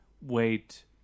wait